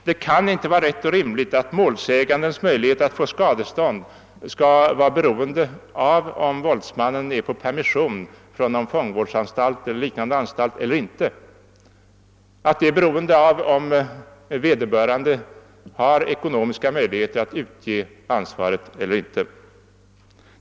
Det kan inte vara rätt och rimligt att målsägandens möjlighet att få skadestånd skall vara beroende av om våldsmannen varit på permission från någon fångvårdsanstalt eller inte eller vara beroende av om vederbörande har ekonomiska möjligheter att utge skadestånd eller ej.